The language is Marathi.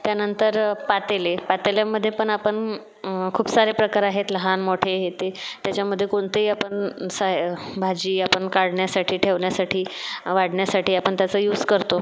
त्यानंतर पातेले पातेल्यामध्ये पण आपण खूप सारे प्रकार आहेत लहानमोठे हे ते त्याच्यामध्ये कोणतंही आपण साइ भाजी आपण काढण्यासाठी ठेवण्यासाठी वाढण्यासाठी आपण त्याचा यूज करतो